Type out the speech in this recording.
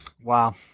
Wow